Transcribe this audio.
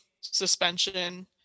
suspension